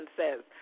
says